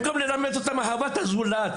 במקום ללמד אותם על אהבת הזולת,